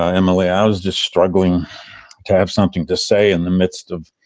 ah emily. i was just struggling to have something to say in the midst of.